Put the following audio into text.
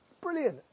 brilliant